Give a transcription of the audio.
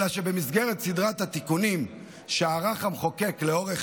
אלא שבמסגרת סדרת התיקונים שערך המחוקק לאורך